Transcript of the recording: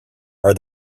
are